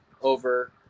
over